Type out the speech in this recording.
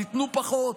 תיתנו פחות.